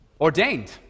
ordained